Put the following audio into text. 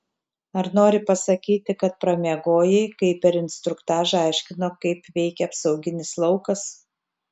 ar nori pasakyti kad pramiegojai kai per instruktažą aiškino kaip veikia apsauginis laukas